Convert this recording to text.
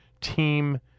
team